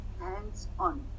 hands-on